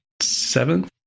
seventh